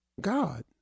God